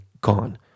gone